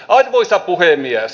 arvoisa puhemies